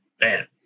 Man